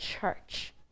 church